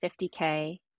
50K